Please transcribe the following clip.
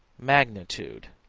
magnitude,